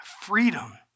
freedom